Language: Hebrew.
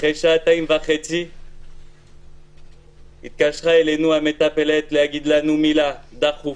אחרי שעתיים וחצי התקשרה אלינו המטפלת להגיד לנו מילה: דחוף,